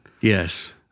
Yes